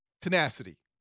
tenacity